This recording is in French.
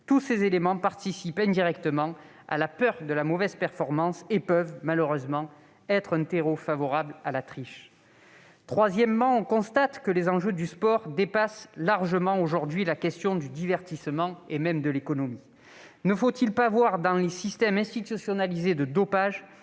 tous ces éléments participent indirectement à la peur de la mauvaise performance et peuvent, malheureusement, être un terreau favorable à la triche. Troisièmement, on constate que les enjeux du sport dépassent largement aujourd'hui la question du divertissement, et même de l'économie. Ne faut-il pas voir dans les systèmes institutionnalisés de dopage